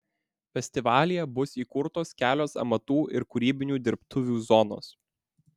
festivalyje bus įkurtos kelios amatų ir kūrybinių dirbtuvių zonos